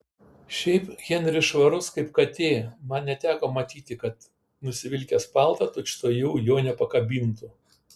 šiaip henris švarus kaip katė man neteko matyti kad nusivilkęs paltą tučtuojau jo nepakabintų